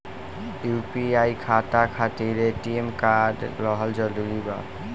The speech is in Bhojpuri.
यू.पी.आई खाता खातिर ए.टी.एम कार्ड रहल जरूरी बा?